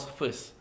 first